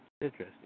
interesting